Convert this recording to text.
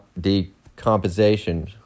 decomposition